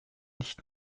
nicht